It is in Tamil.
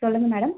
சொல்லுங்கள் மேடம்